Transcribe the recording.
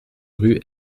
rue